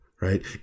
right